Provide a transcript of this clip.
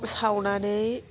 सावनानै